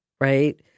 right